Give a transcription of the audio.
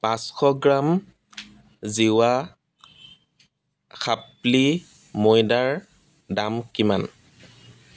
পাঁচশ গ্ৰাম জিৱা খাপ্লি ময়দাৰ দাম কিমান